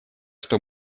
что